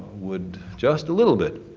would, just a little bit,